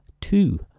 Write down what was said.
two